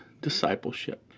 discipleship